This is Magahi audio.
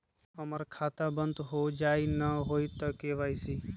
हमर खाता बंद होजाई न हुई त के.वाई.सी?